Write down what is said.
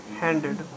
handed